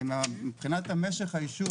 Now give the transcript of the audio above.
מבחינת משך האישור